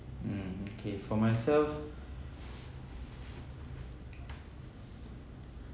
mm okay for myself